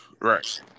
Right